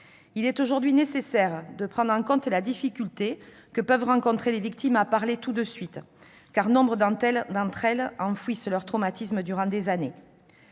Il est aujourd'hui nécessaire de prendre en compte la difficulté que peuvent rencontrer les victimes à parler tout de suite, car nombre d'entre elles enfouissent leur traumatisme durant des années.